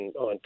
on